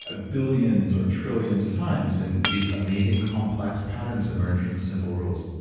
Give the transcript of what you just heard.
ah billions or trillions of times and these amazing complex patterns emerge from simple rules.